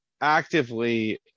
actively